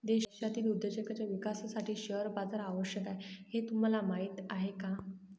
देशातील उद्योगांच्या विकासासाठी शेअर बाजार आवश्यक आहे हे तुम्हाला माहीत आहे का?